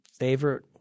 favorite